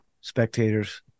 spectators